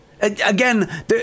Again